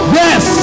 yes